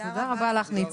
תודה רבה לך ניצה,